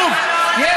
אתה